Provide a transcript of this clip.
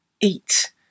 eat